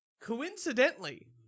coincidentally